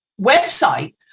website